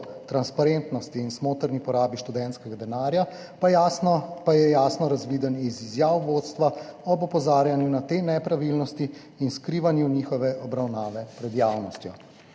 transparentnosti in smotrni porabi študentskega denarja pa je jasno razviden iz izjav vodstva ob opozarjanju na te nepravilnosti in skrivanju njihove obravnave pred javnostjo.